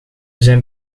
zijn